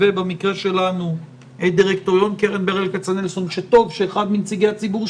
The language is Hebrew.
במקרה שלנו דירקטוריון קרן ברל כצנלסון שטוב שאחד מנציגי הציבור,